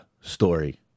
story